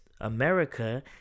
America